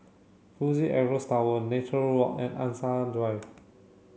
Fuji Xerox Tower Nature Walk and Angsana Drive